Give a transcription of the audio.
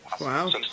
Wow